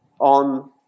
on